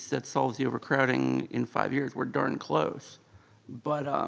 that solves the overcrowding in five years. we're darn close but